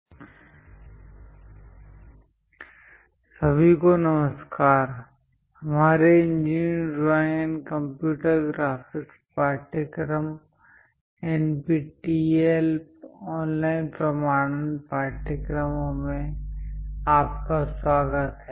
conic sections I सभी को नमस्कार हमारे engineering drawing and computer graphics पाठ्यक्रम एनपीटीईएल ऑनलाइन प्रमाणन पाठ्यक्रमों में आपका स्वागत है